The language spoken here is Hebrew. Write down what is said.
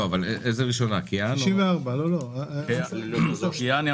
אני לא אקריא את כל החומר שיש לי כאן אבל מכיוון שנדרשתי לעשות בדיקה